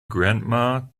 grandma